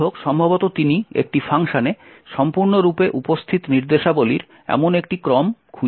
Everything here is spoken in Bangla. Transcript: যাইহোক সম্ভবত তিনি একটি ফাংশনে সম্পূর্ণরূপে উপস্থিত নির্দেশাবলীর এমন একটি ক্রম খুঁজে পাবেন না